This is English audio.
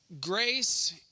Grace